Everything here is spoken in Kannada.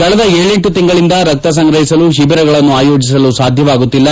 ಕಳೆದ ಏಳೆಂಟು ತಿಂಗಳಿಂದ ರಕ್ತ ಸಂಗ್ರಹಿಸಲು ತಿಬಿರಗಳನ್ನು ಆಯೋಜಿಸಲು ಸಾಧ್ಯವಾಗುತ್ತಿಲ್ಲ